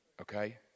okay